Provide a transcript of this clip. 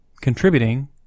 contributing